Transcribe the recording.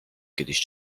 kiedyś